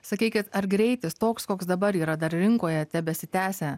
sakykit ar greitis toks koks dabar yra dar rinkoje tebesitęsia